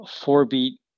four-beat